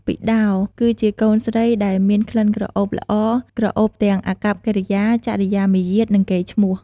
ពិដោរ គឺជាកូនស្រីដែលមានក្លិនក្រអូបល្អ ក្រអូបទាំងអាកប្បកិរិយា ចរិយាមារយាទ និងកេរ្តិ៍ឈ្នោះ។